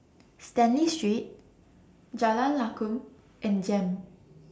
Stanley Street Jalan Lakum and Jem